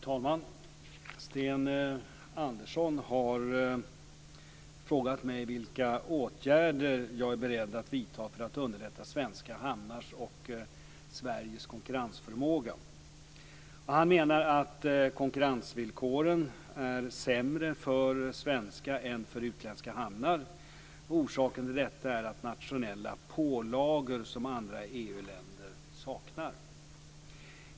Fru talman! Sten Andersson har frågat mig vilka åtgärder jag är beredd att vidta för att underlätta svenska hamnars och Sveriges konkurrensförmåga. Han menar att konkurrensvillkoren är sämre för svenska än för utländska hamnar. Orsaken till detta är nationella pålagor som andra EU-länder saknar.